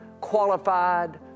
qualified